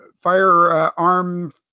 firearm